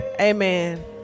Amen